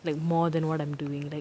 like more than what I'm doing like